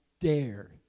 dare